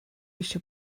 eisiau